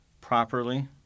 properly